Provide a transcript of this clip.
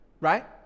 right